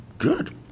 Good